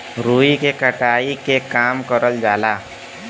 रुई के कटाई के काम करल जाला